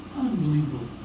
unbelievable